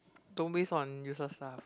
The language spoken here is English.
don't waste on uses lah